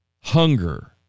hunger